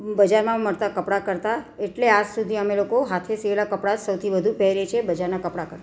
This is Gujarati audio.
બજારના મળતા કપડા કરતાં એટલે આજ સુધી અમે લોકો હાથે સીવેલા કપડા જ સૌથી વધુ પહેરીએ છીએ બજારના કપડા કરતાં